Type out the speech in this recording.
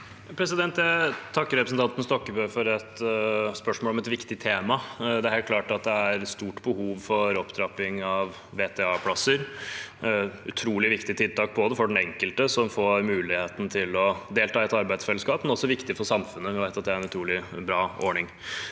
Jeg tak- ker representanten Stokkebø for et spørsmål om et viktig tema. Det er helt klart et stort behov for opptrapping av VTA-plasser. Det er utrolig viktige tiltak, både for den enkelte som får mulighet til å delta i et arbeidsfellesskap, og også viktig for samfunnet. Vi vet at det er en utrolig bra ordning.